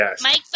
Mike